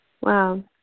wow